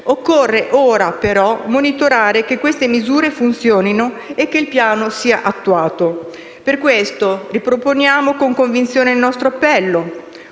Occorre ora, però, monitorare che queste misure funzionino e che il piano sia attuato. Per questo, riproponiamo con convinzione il nostro appello,